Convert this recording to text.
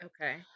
okay